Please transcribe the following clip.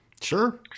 Sure